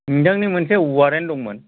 नोंथांनि मोनसे वारेन्ट दंमोन